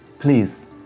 Please